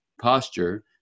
posture